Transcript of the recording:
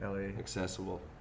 accessible